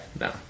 No